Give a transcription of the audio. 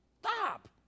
Stop